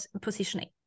positioning